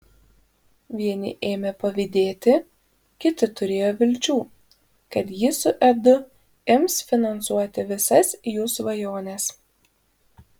vieni ėmė pavydėti kiti turėjo vilčių kad ji su edu ims finansuoti visas jų svajones